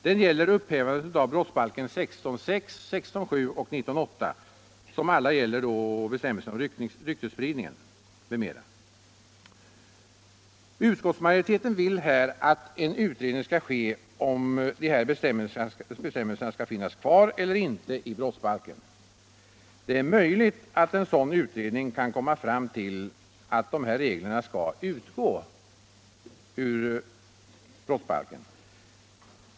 Den gäller upphävandet av 16 kap. 6 §, 17 kap. 6 § och 19 kap. 8§ brottsbalken, som alla gäller ryktesspridning m.m. Utskottsmajoriteten vill här att en utredning skall göras om de här bestämmelserna skall finnas kvar eller inte i brottsbalken. Det är möjligt att en sådan utredning kan komma fram till att de här reglerna skall utgå ur den.